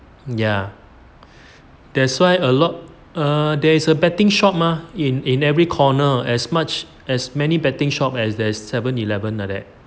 ya that's why a lot err there is a betting shop mah in in every corner as much as many betting shop as there's seven eleven like that